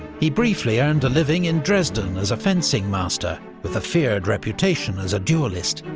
he briefly earned a living in dresden as a fencing master with a feared reputation as a duellist.